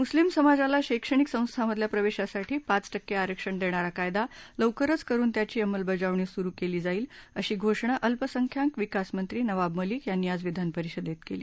मुस्लिम समाजाला शैक्षणिक संस्थामधल्या प्रवेशासाठी पाच टक्के आरक्षण देणारा कायदा लवकरच करुन त्याची अंमलबजावणी सुरू केली जाईल अशी घोषणा अल्पसंख्यांक विकास मंत्री नवाब मलिक यांनी आज विधानपरिषदेत केली